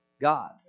God